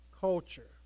culture